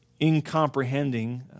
incomprehending